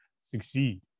succeed